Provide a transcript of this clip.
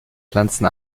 pflanzen